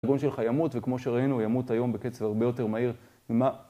הארגון שלך ימות, וכמו שראינו, ימות היום בקצב הרבה יותר מהיר ממה...